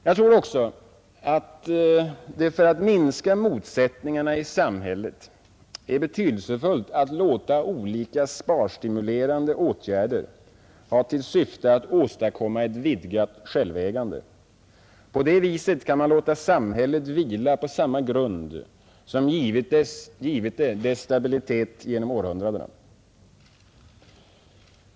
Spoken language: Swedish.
Jag tror också att det för att minska motsättningarna i samhället är betydelsefullt att låta olika sparstimulerande åtgärder ha till syfte att åstadkomma ett vidgat självägande. På det viset kan man låta samhället vila på samma grund som givit det dess stabilitet genom århundradena.